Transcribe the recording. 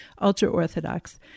ultra-Orthodox